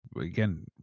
again